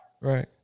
Right